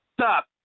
stop